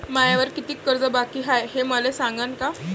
मायावर कितीक कर्ज बाकी हाय, हे मले सांगान का?